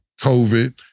COVID